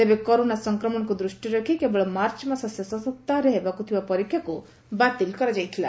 ତେବେ କରୋନା ସଂକ୍ରମଣକୁ ଦୃଷ୍ଟିରେ ରଖି କେବଳ ମାର୍ଚ୍ଚ ମାସ ଶେଷ ସପ୍ତାହରେ ହେବାକୁ ଥିବା ପରୀକ୍ଷାକୁ ବାତିଲ କରାଯାଇଥିଲା